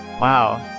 Wow